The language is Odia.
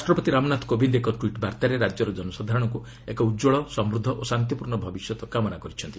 ରାଷ୍ଟ୍ରପତି ରାମନାଥ କୋବିନ୍ଦ ଏକ ଟୁଇଟ୍ ବାର୍ତ୍ତାରେ ରାଜ୍ୟର ଜନସାଧାରଣଙ୍କୁ ଏକ ଉଜ୍ଜଳ ସମୃଦ୍ଧ ଓ ଶାନ୍ତିପୂର୍ଣ୍ଣ ଭବିଷ୍ୟତ କାମନା କରିଛନ୍ତି